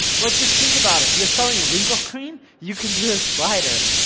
like just think about it, you're selling wrinkle cream, you can do this slider,